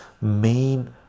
main